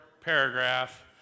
paragraph